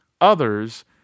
others